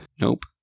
Nope